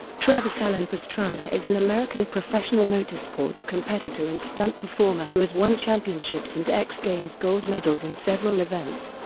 travis alan pastrana is an american professional motorsports competitor and stunt performer who has won championships and x games gold medals in several events,